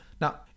Now